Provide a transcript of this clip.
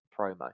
promo